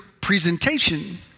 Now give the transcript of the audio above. presentation